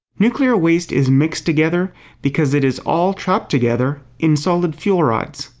nuclear waste is mixed together because it is all trapped together in solid fuel rods.